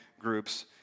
groups